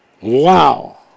Wow